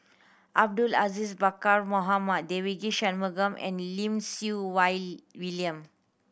Abdul Aziz Pakkeer Mohamed Devagi Sanmugam and Lim Siew Wai William